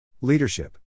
Leadership